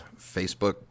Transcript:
Facebook